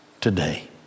today